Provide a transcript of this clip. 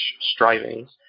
strivings